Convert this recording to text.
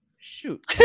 shoot